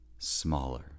smaller